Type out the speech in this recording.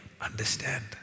understand